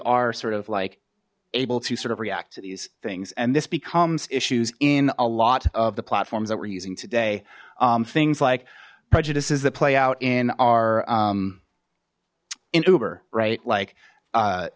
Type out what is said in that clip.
are sort of like able to sort of react to these things and this becomes issues in a lot of the platforms that we're using today things like prejudices that play out in our new ber right like